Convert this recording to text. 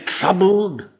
troubled